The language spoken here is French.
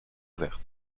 ouverte